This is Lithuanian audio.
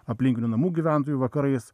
aplinkinių namų gyventojų vakarais